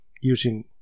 using